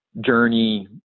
journey